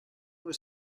were